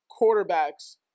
quarterbacks